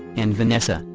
and vanessa,